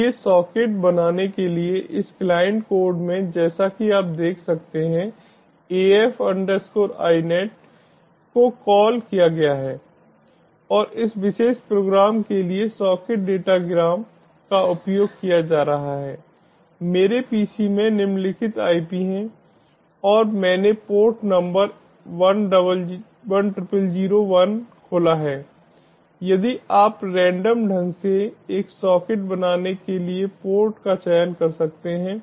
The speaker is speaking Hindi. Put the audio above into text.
इसलिए सॉकेट बनाने के लिए इस क्लाइंट कोड में जैसा कि आप देख सकते हैं AF INET को कॉल किया गया है और इस विशेष प्रोग्राम के लिए सॉकेट डेटा ग्राम का उपयोग किया जा रहा है मेरे पीसी में निम्नलिखित IP है और मैंने पोर्ट नंबर 10001 खोला है यदि आप रैंडम ढंग से एक सॉकेट बनाने के लिए पोर्ट का चयन कर सकते हैं